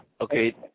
Okay